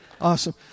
awesome